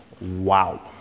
wow